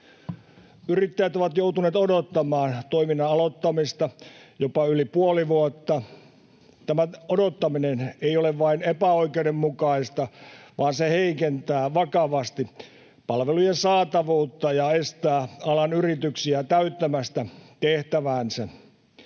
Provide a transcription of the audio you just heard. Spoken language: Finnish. Yrittäjät ovat joutuneet odottamaan toiminnan aloittamista jopa yli puoli vuotta. Tämä odottaminen ei ole vain epäoikeudenmukaista, vaan se heikentää vakavasti palvelujen saatavuutta ja estää alan yrityksiä täyttämästä tehtäväänsä.